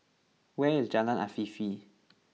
where is Jalan Afifi